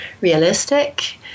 realistic